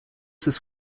this